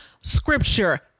scripture